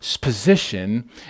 position